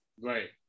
right